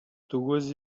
тугыз